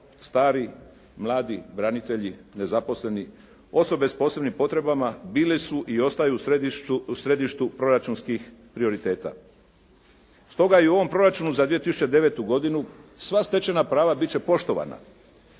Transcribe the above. stari, mladi, branitelji, nezaposleni, osobe s posebnim potrebama bile su i ostaju u središtu proračunskih prioriteta. Stoga i u ovom proračunu za 2009. godinu sva stečena prava bit će poštovana.